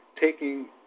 taking